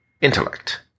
intellect